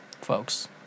Folks